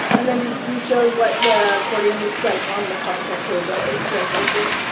and then you you showed what the accordion looks like on the content page already correct, raechel?